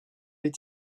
est